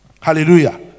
Hallelujah